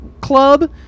Club